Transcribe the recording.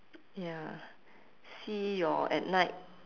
ya see your at night